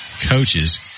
coaches